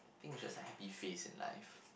think is just a happy phase in life